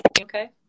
okay